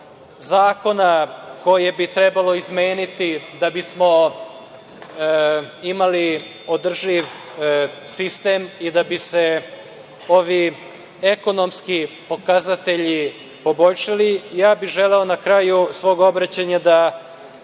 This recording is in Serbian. zakona koje bi trebalo izmeniti da bismo imali održiv sistem i da bi se ovi ekonomski pokazatelji poboljšali. Želeo bih na kraju svog obraćanja da